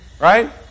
Right